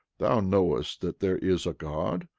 thou knowest that there is a god,